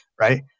right